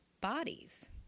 bodies